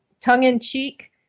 tongue-in-cheek